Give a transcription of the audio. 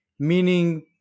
Meaning